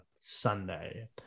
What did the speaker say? Sunday